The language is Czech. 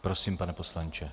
Prosím, pane poslanče.